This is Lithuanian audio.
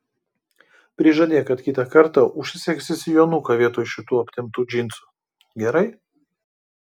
prižadėk kad kitą kartą užsisegsi sijonuką vietoj šitų aptemptų džinsų gerai